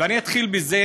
ואני אתחיל בזה,